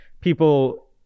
people